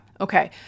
Okay